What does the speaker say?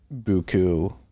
buku